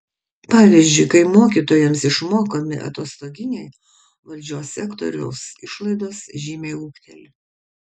pavyzdžiui kai mokytojams išmokami atostoginiai valdžios sektoriaus išlaidos žymiai ūgteli